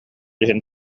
иһин